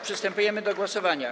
Przystępujemy do głosowania.